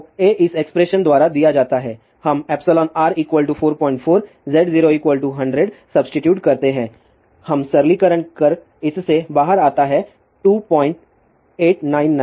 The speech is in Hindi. तो A इस एक्सप्रेशन द्वारा दिया जाता है हम εr 44 Z0 100 सब्स्टिटूट करते है हम सरलीकरण कर इससे बाहर आता है 2899